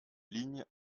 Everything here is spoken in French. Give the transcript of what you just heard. ligne